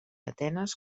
atenes